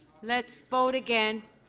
let's vote again.